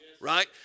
right